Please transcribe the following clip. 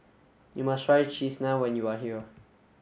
you must try cheese naan when you are here